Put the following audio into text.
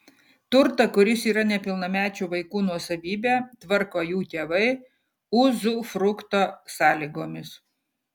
turtą kuris yra nepilnamečių vaikų nuosavybė tvarko jų tėvai uzufrukto sąlygomis